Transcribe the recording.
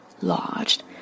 lodged